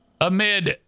Amid